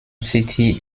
city